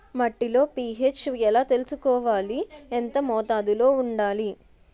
మట్టిలో పీ.హెచ్ ఎలా తెలుసుకోవాలి? ఎంత మోతాదులో వుండాలి?